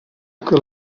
que